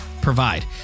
provide